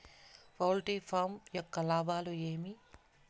poultry farm యొక్క లాభాలు ఏమి